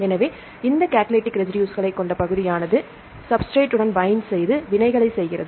எனவே இந்த கடலிடிக் ரெசிடுஸ்ஸைக் கொண்ட பகுதியானது சப்ஸ்ட்ரெட் உடன் பைண்ட் செய்து வினைகளை செய்கிறது